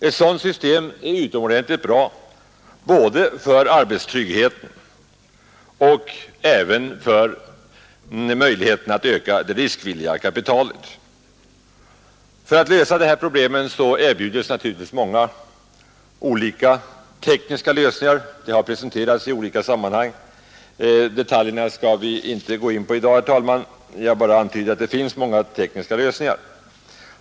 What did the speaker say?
Ett sådant system är utomordentligt välgörande både för arbetstryggheten och för möjligheten att öka det riskvilliga kapitalet. För att klara de här problemen erbjuds naturligtvis många olika tekniska lösningar. De har presenterats i olika sammanhang. Detaljerna skall vi inte gå in på i dag, herr talman. Jag bara antyder att det finns många olika tekniska lösningar.